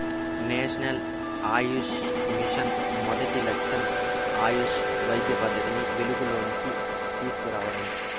national Ayush mission మొదటి లచ్చెం ఆయుష్ వైద్య పద్దతిని వెలుగులోనికి తీస్కు రావడమే